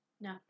no